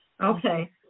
okay